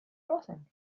crossing